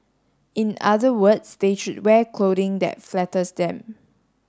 in other words they should wear clothing that flatters them